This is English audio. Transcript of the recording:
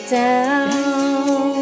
down